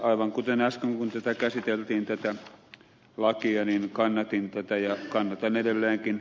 aivan kuten äsken kun tätä lakia käsiteltiin kannatin tätä ja kannatan edelleenkin